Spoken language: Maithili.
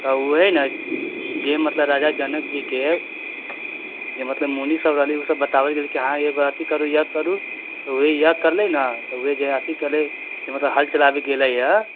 त ओ है न जे मतलब राजा जनक जी के जे मतलब मुनि सब रहलै ओ सब बताबल गेलै की हँ एगो अथि करू यज्ञ करू तऽ ओहे यज्ञ करलै न त ओहे जे अथि मतलब हल चलाबै गेलैय